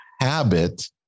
habit